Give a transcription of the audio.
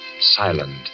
silent